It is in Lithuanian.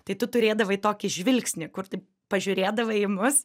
tai tu turėdavai tokį žvilgsnį kur taip pažiūrėdavai į mus